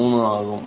3 ஆகும்